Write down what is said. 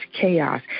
chaos